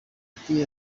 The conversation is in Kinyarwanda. ati